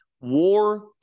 war